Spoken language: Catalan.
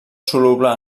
soluble